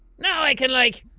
now i can like,